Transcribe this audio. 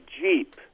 Jeep